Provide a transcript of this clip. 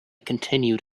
continued